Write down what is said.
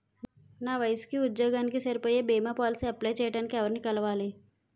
నా వయసుకి, ఉద్యోగానికి సరిపోయే భీమా పోలసీ అప్లయ్ చేయటానికి ఎవరిని కలవాలి?